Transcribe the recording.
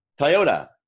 Toyota